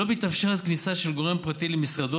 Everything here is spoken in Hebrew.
לא מתאפשרת כניסה של גורם פרטי למשרדו